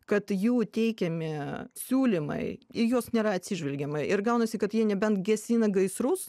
kad jų teikiami siūlymai į juos nėra atsižvelgiama ir gaunasi kad jie nebent gesina gaisrus